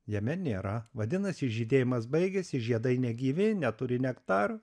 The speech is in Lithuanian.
jame nėra vadinasi žydėjimas baigiasi žiedai negyvi neturi nektaro